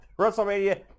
WrestleMania